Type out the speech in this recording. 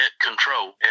control